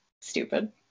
stupid